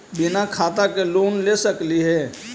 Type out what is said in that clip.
बिना खाता के लोन ले सकली हे?